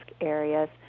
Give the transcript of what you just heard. areas